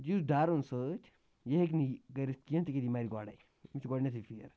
یُس ڈَر اوٚن سۭتۍ یہِ ہیٚکہِ نہٕ یہِ کٔرِتھ کیٚنٛہہ تِکیٛازِ یہِ مَرِ گۄڈَے أمِس چھِ گۄڈنٮتھٕے پھیرٕ